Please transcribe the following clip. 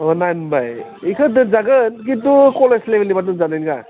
माबा नाइन मोनबाय बिखौ दोनजागोन खिन्थु कलेज लेभेलनिबा दोनजानाय नोङा